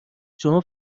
شما